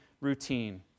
routine